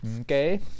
okay